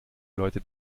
leute